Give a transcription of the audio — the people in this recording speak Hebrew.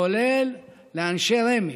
כולל לאנשי רמ"י,